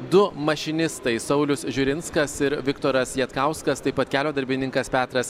du mašinistai saulius žiurinskas ir viktoras jatkauskas taip pat kelio darbininkas petras